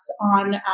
on